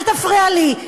אל תפריע לי.